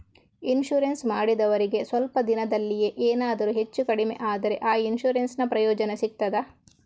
Insurance ಮಾಡಿದವರಿಗೆ ಸ್ವಲ್ಪ ದಿನದಲ್ಲಿಯೇ ಎನಾದರೂ ಹೆಚ್ಚು ಕಡಿಮೆ ಆದ್ರೆ ಆ ಇನ್ಸೂರೆನ್ಸ್ ನ ಪ್ರಯೋಜನ ಸಿಗ್ತದ?